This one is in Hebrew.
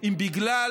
אם בגלל